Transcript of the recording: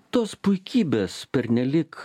tos puikybės pernelyg